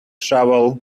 shovel